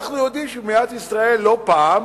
אנחנו יודעים שבמדינת ישראל לא פעם